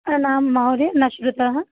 न महोदय न श्रुतः